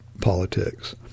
politics